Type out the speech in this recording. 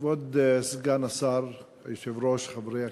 כבוד סגן השר, היושבת-ראש, חברי הכנסת,